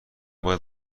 باید